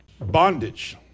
Bondage